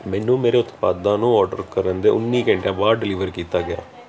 ਮੈਨੂੰ ਮੇਰੇ ਉਤਪਾਦਾਂ ਨੂੰ ਆਰਡਰ ਕਰਨ ਦੇ ਉੱਨੀ ਘੰਟਿਆਂ ਬਾਅਦ ਡਲੀਵਰ ਕੀਤਾ ਗਿਆ